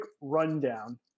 rundown